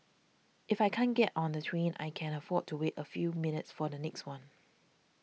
if I can't get on the train I can afford to wait a few minutes for the next one